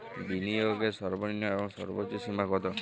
বিনিয়োগের সর্বনিম্ন এবং সর্বোচ্চ সীমা কত?